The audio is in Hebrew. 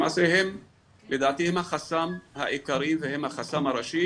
למעשה הם לדעתי הם החסם העיקרי והם החסם הראשי